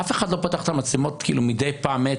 אף אחד לא פתח את המצלמות מדי פעם,